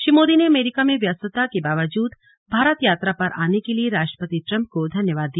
श्री मोदी ने अमरीका में व्यस्तता के बावजूद भारत यात्रा पर आने के लिए राष्ट्रपति ट्रंप को धन्यवाद दिया